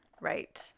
Right